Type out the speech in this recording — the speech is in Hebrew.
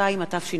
התשע"ב